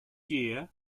year